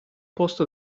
posto